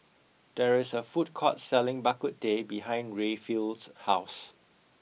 there is a food court selling bak kut teh behind Rayfield's house